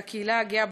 של הקהילה הגאה,